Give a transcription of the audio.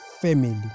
family